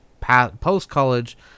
post-college